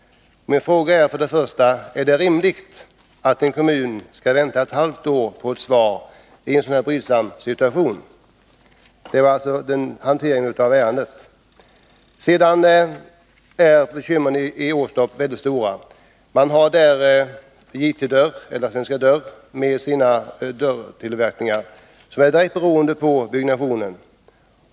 Min fråga är: Är det rimligt att en kommun i en sådan här brydsam situation skall vänta ett halvt år på ett svar? Bekymren i Åstorp är mycket stora. Svenska Dörr AB med sin dörrtillverkning är direkt beroende av byggnationen.